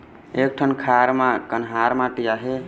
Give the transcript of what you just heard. एक ठन खार म कन्हार माटी आहे?